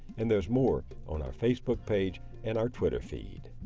and there's more on our facebook page and our twitter feed.